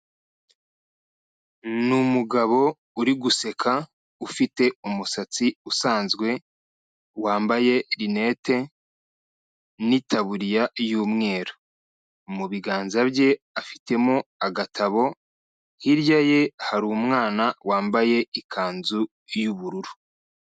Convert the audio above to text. Ni umugabo uri guseka ufite umusatsi usanzwe wambaye rinete n'itaburiya y'umweru, mu biganza bye afitemo agatabo, hirya ye hari umwana wambaye ikanzu y'ubururu.